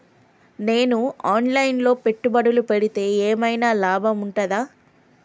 నేను online లో పెట్టుబడులు పెడితే ఏమైనా లాభం ఉంటదా?